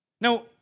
Now